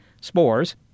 Spores